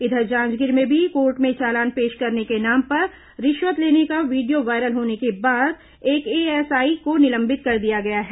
उधर जांजगीर में भी कोर्ट में चालान पेश करने के नाम पर रिश्वत लेने का वीडियो वायरल होने के बाद एक एएसआई को निलंबित कर दिया गया है